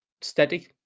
Steady